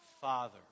Father